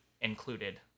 included